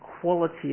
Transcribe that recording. quality